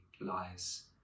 lies